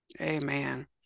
Amen